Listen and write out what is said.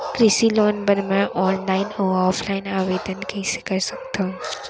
कृषि लोन बर मैं ऑनलाइन अऊ ऑफलाइन आवेदन कइसे कर सकथव?